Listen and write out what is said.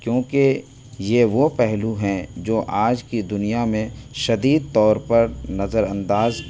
کیونکہ یہ وہ پہلو ہیں جو آج کی دنیا میں شدید طور پر نظرانداز